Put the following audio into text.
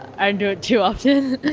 i don't too often.